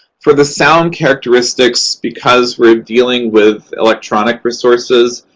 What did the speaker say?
for the sound characteristics, because we're dealing with electronic resources,